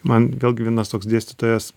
man gal gi vienas toks dėstytojas